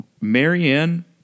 marianne